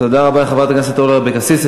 תודה רבה לחברת הכנסת אורלי אבקסיס.